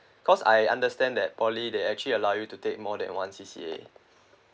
cause I understand that poly they actually allow you to take more than one C_C_A